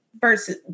versus